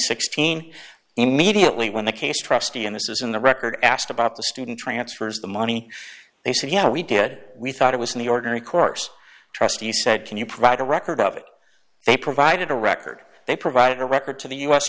sixteen immediately when the case trustee and this is in the record asked about the student transfers the money they said yeah we did we thought it was in the ordinary course trustee said can you provide a record of it they provided a record they provided a record to the u s